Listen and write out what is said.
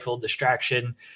distraction